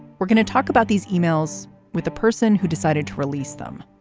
we're going to talk about these e-mails with the person who decided to release them.